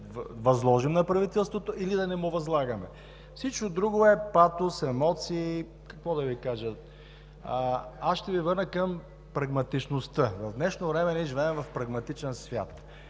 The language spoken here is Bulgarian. да възложим на правителството, или да не му възлагаме. Всичко друго е патос, емоции. Ще Ви върна към прагматичността. В днешно време ние живеем в прагматичен свят.